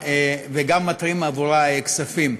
וגם מתרים עבורה כספים.